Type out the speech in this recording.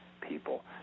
people